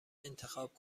انتخاب